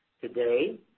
Today